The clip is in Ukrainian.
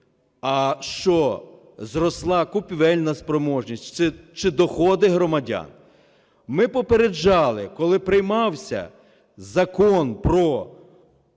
а що, зросла купівельна спроможність чи доходи громадян? Ми попереджали, коли приймався Закон про